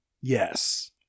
Yes